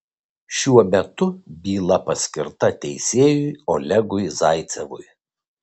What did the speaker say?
šiuo metu byla paskirta teisėjui olegui zaicevui